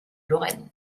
lorraine